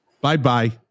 Bye-bye